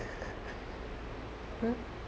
!huh!